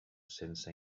sense